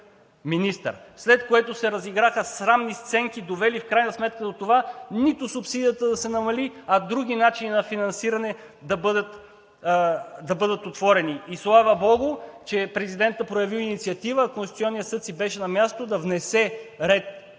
министър, след което се разиграха срамни сценки, довели в крайна сметка до това – нито субсидията да се намали, а други начини на финансиране да бъдат отворени. И, слава богу, че президентът прояви инициатива, а Конституционният съд си беше на мястото да внесе ред